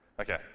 Okay